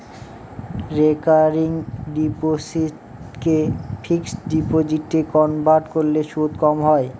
recurring ডিপোসিটকে fixed ডিপোজিটে convert করলে সুদ কম হয়